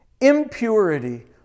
impurity